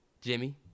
Jimmy